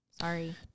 Sorry